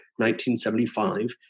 1975